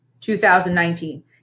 2019